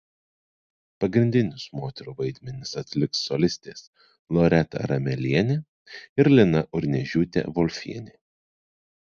pagrindinius moterų vaidmenis atliks solistės loreta ramelienė ir lina urniežiūtė volfienė